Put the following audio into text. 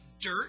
Dirt